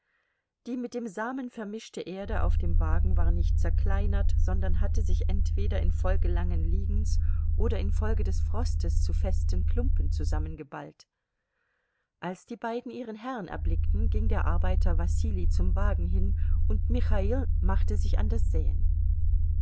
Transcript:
die mit dem samen vermischte erde auf dem wagen war nicht zerkleinert sondern hatte sich entweder infolge langen liegens oder infolge des frostes zu festen klumpen zusammengeballt als die beiden ihren herrn erblickten ging der arbeiter wasili zum wagen hin und michail machte sich an das säen